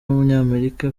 w’umunyamerika